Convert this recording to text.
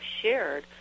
shared